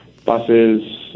Buses